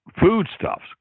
foodstuffs